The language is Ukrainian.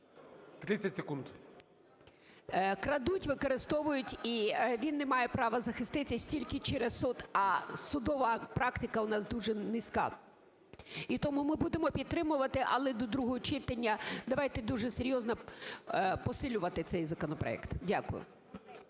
О.В. Крадуть, використовують, і він не має права захиститися, тільки через суд, а судова практика у нас дуже низька. І тому ми будемо підтримувати, але до другого читання. Давайте дуже серйозно посилювати цей законопроект. Дякую.